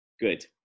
good